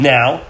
Now